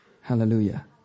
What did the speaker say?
Hallelujah